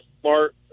smart